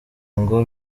ngo